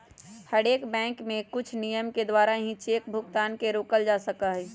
हर एक बैंक के कुछ नियम के द्वारा ही चेक भुगतान के रोकल जा सका हई